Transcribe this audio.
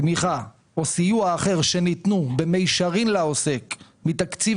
תמיכה או סיוע אחר שניתנו במישרין לעוסק מתקציב